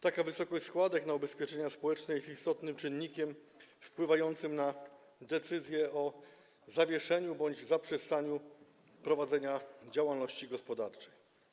Taka wysokość składek na ubezpieczenia społeczne jest istotnym czynnikiem wpływającym na decyzje o zawieszeniu bądź zaprzestaniu prowadzenia działalności gospodarczej.